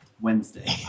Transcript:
Wednesday